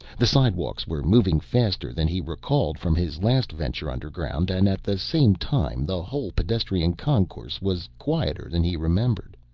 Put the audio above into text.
the slidewalks were moving faster than he recalled from his last venture underground and at the same time the whole pedestrian concourse was quieter than he remembered.